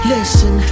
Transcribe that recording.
Listen